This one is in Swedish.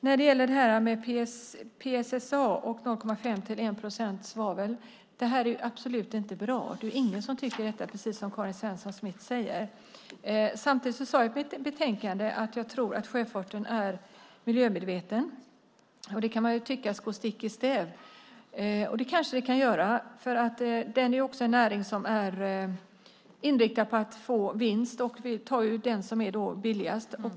När det gäller PSSA och 0,5-1 procent svavel är det absolut inte bra. Det är ingen som tycker det, precis som Karin Svensson Smith säger. Men jag sade att jag tror att sjöfarten är miljömedveten. Det kan man tycka går stick i stäv. Det kanske det gör. Det är också en näring som är inriktad på att få vinst. Man tar då det som är billigast.